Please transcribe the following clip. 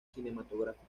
cinematográfico